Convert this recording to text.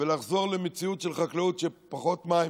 ולחזור למציאות של חקלאות של פחות מים,